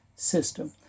system